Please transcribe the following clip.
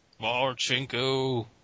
Marchenko